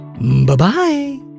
bye-bye